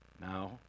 Now